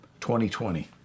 2020